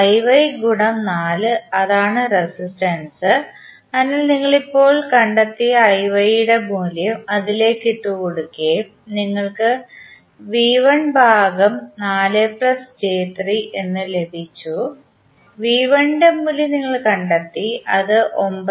4 അതാണ് റെസിസ്റ്റൻസ് അതിനാൽ നിങ്ങൾ ഇപ്പോൾ കണ്ടെത്തിയ ന്റെ മൂല്യം അതിലേക് ഇട്ടു കൊടുക്കുകയും നിങ്ങൾക് ഇന്റെ മൂല്യം നിങ്ങൾ കണ്ടെത്തി അത് 79